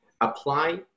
apply